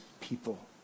people